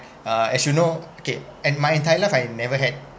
uh as you know okay and my entire life I never had